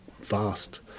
vast